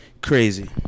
crazy